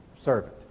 Servant